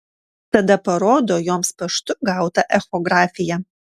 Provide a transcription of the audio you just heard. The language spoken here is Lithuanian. tada parodo joms paštu gautą echografiją